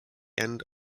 end